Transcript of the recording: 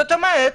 זאת אומרת,